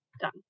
done